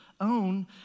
own